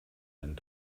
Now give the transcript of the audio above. ein